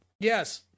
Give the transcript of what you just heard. yes